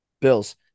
Bills